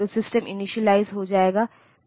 तो ट्रांसलेशन जो बहुत ऑप्टीमाइज़्ड नहीं हैं